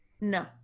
No